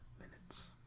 minutes